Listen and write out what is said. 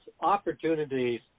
opportunities